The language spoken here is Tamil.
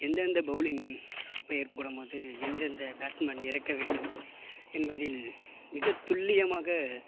எந்தெந்த பௌலிங் பிளேயர்ஸ் போடும்போது எந்தெந்த பேட்ஸ்மேன் இறக்க வேண்டும் என்பதில் மிகத்துல்லியமாக